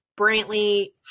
Brantley